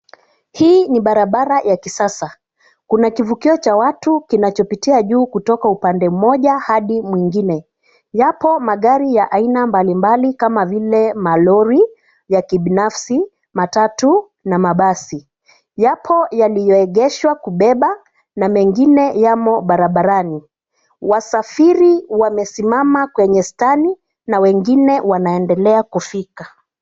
Hii ni barabara ya kisasa. Kuna kivukio cha watu kinachopitia juu kutoka upande mmoja hadi mwingine. Yapo magari ya aina mbali mbali kama vile malori, ya kibinafsi , matatu na mabasi. Yapo yalioegeshwa kubeba na mengine yamo barabarani. Wasafiri wamesima kwenye stani na wengine wanaendelea kufika.